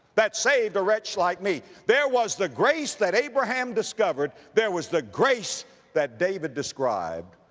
that saved a wretch like me. there was the grace that abraham discovered there was the grace that david described.